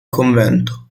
convento